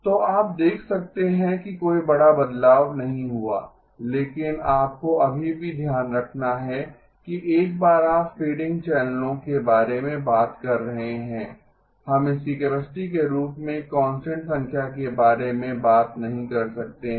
तो आप देख सकते हैं कि कोई बड़ा बदलाव नहीं हुआ है लेकिन आपको अभी भी ध्यान रखना है कि एक बार आप फ़ेडिंग चैनलों के बारे में बात कर रहे हैं हम इसकी कैपेसिटी के रूप में एक कांस्टेंट संख्या के बारे में बात नहीं कर सकते हैं